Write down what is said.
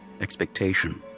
Expectation